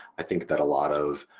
i think that a lot of